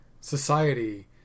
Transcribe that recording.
society